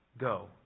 Go